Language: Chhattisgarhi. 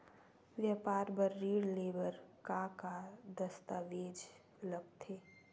व्यापार बर ऋण ले बर का का दस्तावेज लगथे?